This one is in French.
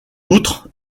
outre